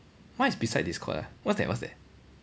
what is beside discord ah what's that what's that